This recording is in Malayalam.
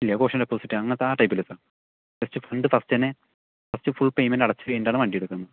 ഇല്ല കോഷൻ ഡെപ്പോസിറ്റ് അങ്ങനത്തെ ആ ടൈപ്പ് ഇല്ല സർ ഫസ്റ്റ് ഫണ്ട് ഫസ്റ്റു തന്നെ ഫസ്റ്റ് ഫുൾ പേയ്മെൻ്റ് അടച്ച് കഴിഞ്ഞിട്ടാണ് വണ്ടി എടുക്കുന്നത്